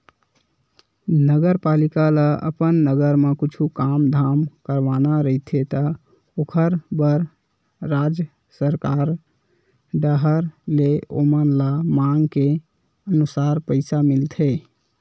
नगरपालिका ल अपन नगर म कुछु काम धाम करवाना रहिथे त ओखर बर राज सरकार डाहर ले ओमन ल मांग के अनुसार पइसा मिलथे